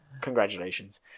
congratulations